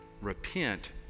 repent